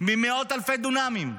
ממאות אלפי דונמים.